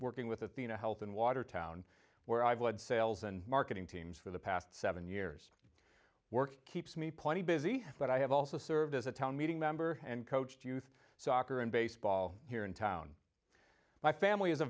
working with athenahealth in watertown where i've led sales and marketing teams for the past seven years work keeps me plenty busy but i have also served as a town meeting member and coached youth so ocker and baseball here in town my family is a